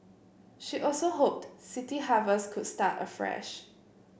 she also hoped City Harvest could start afresh